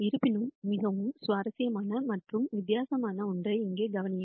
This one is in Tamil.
இருப்பினும் மிகவும் சுவாரஸ்யமான மற்றும் வித்தியாசமான ஒன்றை இங்கே கவனியுங்கள்